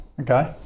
Okay